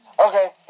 Okay